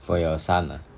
for your son ah